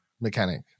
mechanic